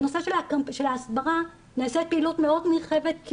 בנושא של ההסברה נעשית פעילות מאוד נרחבת כי